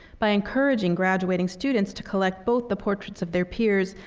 by encouraging graduating students to collect both the portraits of their peers,